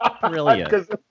Brilliant